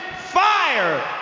fire